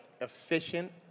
efficient